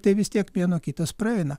tai vis tiek mėnuo kitas praeina